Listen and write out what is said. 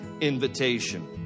invitation